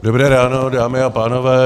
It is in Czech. Dobré ráno, dámy a pánové.